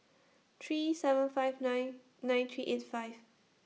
three seven five nine nine three eight five